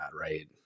right